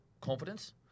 confidence